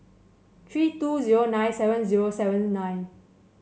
three two zero nine seven zero seven nine